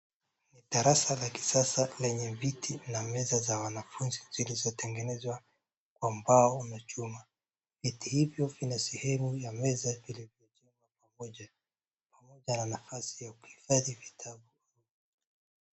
Darasa la kisasa lenye viti na meza za wanafunzi zilizotengenezwa kwa mbao na chuma. Viti hivyo vina sehemu ya meza iliyojengwa pamoja, pamoja na nafasi ya kuhifadhi vitabu.